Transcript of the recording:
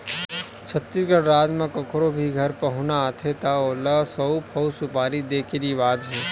छत्तीसगढ़ राज म कखरो भी घर पहुना आथे त ओला सउफ अउ सुपारी दे के रिवाज हे